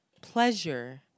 pleasure